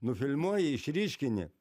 nufilmuoji išryškini